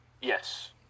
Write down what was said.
yes